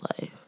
life